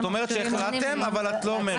זאת אומרת שהחלטתם אבל את לא אומרת.